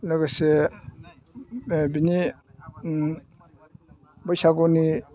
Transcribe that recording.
लोगोसे बिनि बैसागुनि